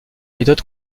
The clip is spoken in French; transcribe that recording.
méthodes